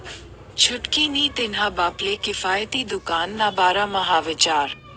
छुटकी नी तिन्हा बापले किफायती दुकान ना बारा म्हा विचार